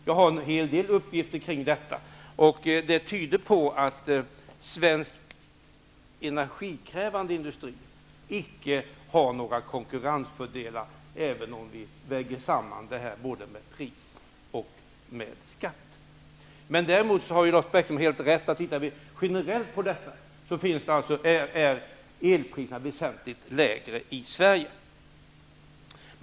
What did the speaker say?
Jag har en hel del uppgifter om detta, och de tyder på att svensk energikrävande industri icke har några konkurrensfördelar, även om vi väger samman pris och skatt. Däremot har Lars Bäckström helt rätt i att elpriserna generellt är väsentligt lägre i Sverige.